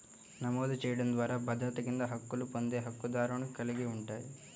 నమోదు చేయడం ద్వారా భద్రత కింద హక్కులు పొందే హక్కుదారుని కలిగి ఉంటాయి,